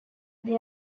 they